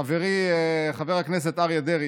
חברי חבר הכנסת אריה דרעי,